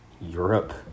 Europe